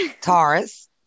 Taurus